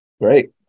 Great